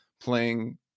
playing